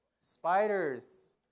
Spiders